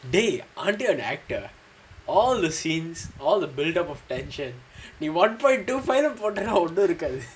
dey டஆண்டியான்:aandiyaan actor all the scenes all the build up in one point two five போடுற ஒன்னும் இருக்காது:podura onnum irukkaathu